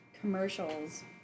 commercials